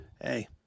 Hey